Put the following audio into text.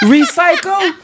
Recycle